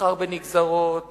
המסחר בנגזרות